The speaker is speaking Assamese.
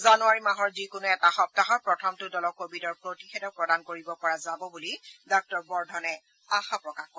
জানুৱাৰী মাহৰ যিকোনো এটা সপ্তাহত প্ৰথমটো দলক কোৱিডৰ প্ৰতিষেধক প্ৰদান কৰিব পৰা যাব বুলি ডাঃ বৰ্দ্ধনে আশা প্ৰকাশ কৰে